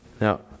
Now